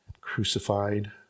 crucified